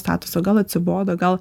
statuso gal atsibodo gal